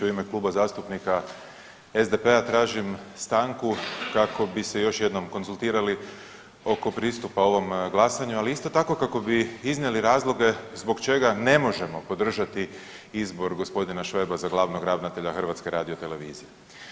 U ime Kluba zastupnika SDP-a tražim stanku kako bi se još jednom konzultirali oko pristupa ovom glasanju, ali isto tako kako bi iznijeli razloge zbog čega ne možemo podržati izbor g. Šveba za glavnog ravnatelja HRT-a.